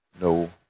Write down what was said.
no